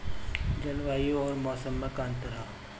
जलवायु अउर मौसम में का अंतर ह?